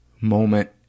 moment